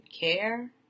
care